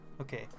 Okay